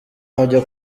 ajya